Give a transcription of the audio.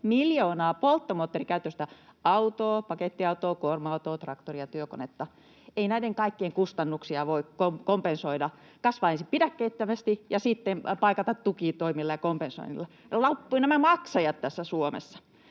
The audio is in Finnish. miljoonaa polttomoottorikäyttöistä autoa, pakettiautoa, kuorma-autoa, traktoria ja työkonetta. Ei näiden kaikkien kustannuksia voi kasvattaa ensin pidäkkeettömästi ja sitten paikata tukitoimilla ja kompensoinnilla. Jo loppuvat nämä maksajat tässä Suomessa.